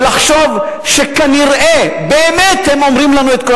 ולחשוב שכנראה הם באמת אומרים לנו את כל